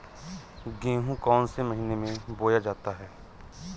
गेहूँ कौन से महीने में बोया जाता है?